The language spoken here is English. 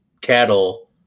cattle